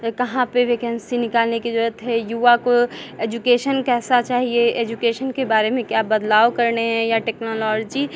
कहाँ पे वैकेंसी निकालने की ज़रूरत है युवा को एजुकेशन कैसा चाहिए एजुकेशन के बारे में क्या बदलाव करने है या टेक्नोलॉजी